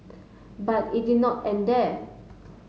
but it did not end there